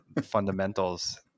Fundamentals